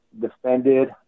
defended